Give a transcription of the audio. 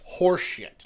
Horseshit